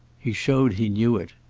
he showed he knew it.